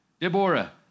Deborah